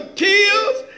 tears